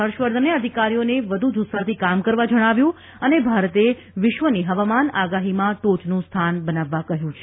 હર્ષવર્ધન અધિકારીઓને વ્ધુ જુસ્સાથી કામ કરવા જણાવ્યું અને ભારતે વિશ્વની હવામાન આગાહીમાં ટોચનું સ્થાન બનાવવા કહ્યું છે